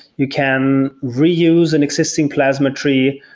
you can reuse an existing plasma tree.